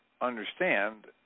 understand